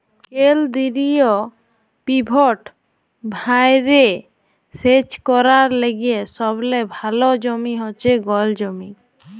কেলদিরিয় পিভট ভাঁয়রে সেচ ক্যরার লাইগে সবলে ভাল জমি হছে গল জমি